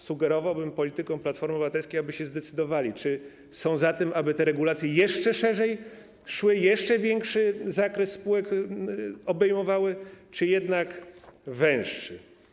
Sugerowałbym politykom Platformy Obywatelskiej, aby się zdecydowali, czy są za tym, aby te regulacje jeszcze szerzej szły, jeszcze większy zakres spółek obejmowały, czy jednak węższy.